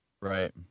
Right